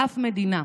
באף מדינה,